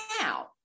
now